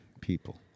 people